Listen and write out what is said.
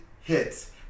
hits